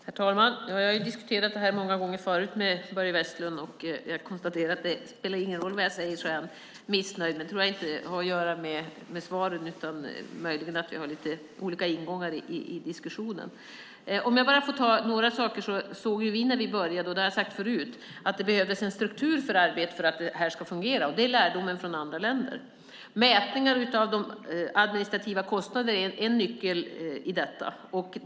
Herr talman! Jag har diskuterat detta med Börje Vestlund många gånger, och vad jag än säger är han missnöjd. Det har nog inte med svaren att göra utan möjligen med att vi har lite olika ingångar i diskussionen. Vi såg när vi började - och det har jag sagt förut - att det behövdes en struktur för att detta ska fungera. Det är lärdomen från andra länder. Mätningar av de administrativa kostnaderna är en nyckel i detta.